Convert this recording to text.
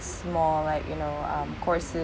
small like you know um courses